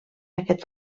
aquest